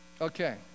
Okay